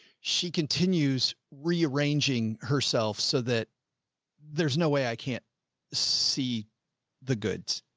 she continues rearranging herself so that there's no way i can't see the goods.